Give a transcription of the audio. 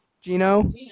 Gino